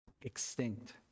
extinct